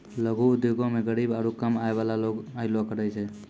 लघु उद्योगो मे गरीब आरु कम आय बाला लोग अयलो करे छै